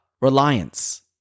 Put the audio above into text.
reliance